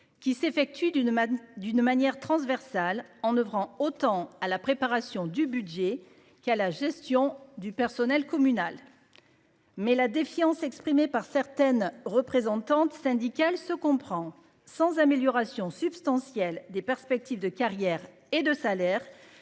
qui s'effectue d'une manne d'une manière transversale en oeuvrant autant à la préparation du budget qui a la gestion du personnel communal. Mais la défiance exprimée par certaines représentante syndicale se comprend sans amélioration substantielle des perspectives de carrière et de salaire.